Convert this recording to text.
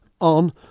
on